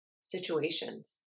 situations